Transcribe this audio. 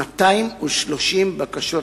230 בקשות